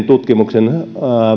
tutkimuksen